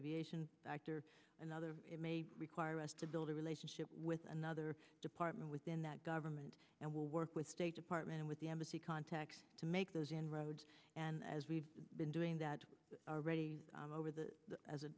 aviation or another it may require us to build a relationship with another department within that government and will work with state department with the embassy contacts to make those inroads and as we've been doing that already over the as